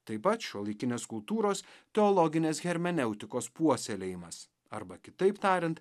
taip pat šiuolaikinės kultūros teologinės hermeneutikos puoselėjimas arba kitaip tariant